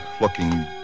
looking